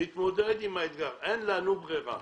אין לנו ברירה.